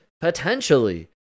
potentially